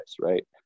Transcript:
Right